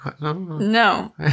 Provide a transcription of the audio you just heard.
No